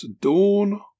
Dawn